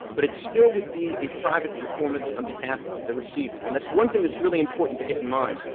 but it still would be a private performance on behalf of the receiver. and that's one thing that's really important to get in mind,